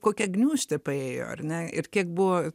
kokia gniūžtė praėjo ar ne ir kiek buvo